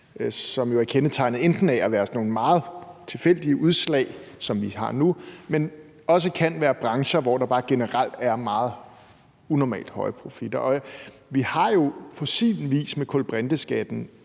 jo er kendetegnet af at være sådan nogle meget tilfældige udslag, som vi har nu, men hvor det også kan være brancher, hvor der bare generelt er meget unormalt høje profitter, og vi har jo på sin vis med kulbrinteskatten